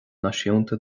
náisiúnta